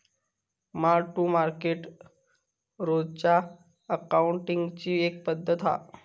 mark to market रोजच्या अकाउंटींगची एक पद्धत हा